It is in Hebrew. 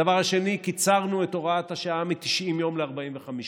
הדבר השני קיצרנו את הוראת השעה מ-90 יום ל-45.